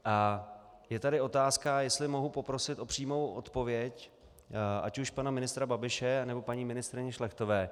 A je tady otázka, jestli mohu poprosit o přímou odpověď ať už pana ministra Babiše, nebo paní ministryně Šlechtové.